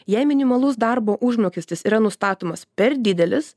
jei minimalus darbo užmokestis yra nustatomas per didelis